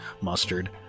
mustard